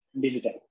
Digital